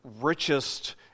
richest